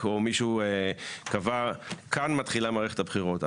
או מישהו קבע כאן מתחילה מערכת הבחירות.